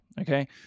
okay